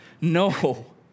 No